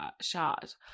shot